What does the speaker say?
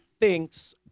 thinks